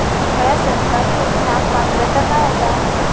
हया सरकारी योजनाक पात्रता काय आसा?